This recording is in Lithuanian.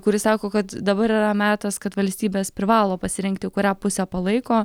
kuris sako kad dabar yra metas kad valstybės privalo pasirinkti kurią pusę palaiko